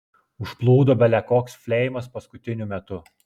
užplūdo bele koks fleimas paskutiniu metu